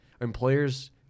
employers